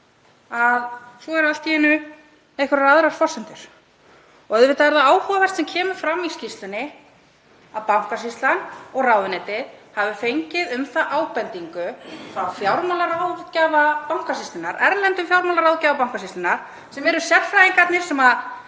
að svo séu allt í einu einhverjar aðrar forsendur. Og auðvitað er það áhugavert sem kemur fram í skýrslunni að Bankasýslan og ráðuneytið hafi fengið um það ábendingu frá fjármálaráðgjafa Bankasýslunnar, erlendum fjármálaráðgjafa Bankasýslunnar, sem eru sérfræðingarnir sem